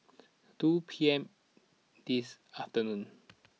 two P M this afternoon